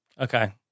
Okay